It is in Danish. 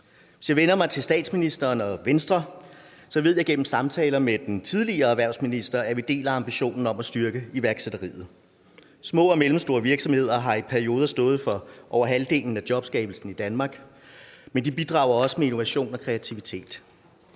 Hvis jeg vender mig til statsministeren og Venstre, så ved jeg gennem samtaler med den tidligere erhvervsminister, at vi deler ambitionen om at styrke iværksætteriet. Små og mellemstore virksomheder har i perioder stået for over halvdelen af jobskabelsen i Danmark, men de bidrager også med innovation og kreativitet.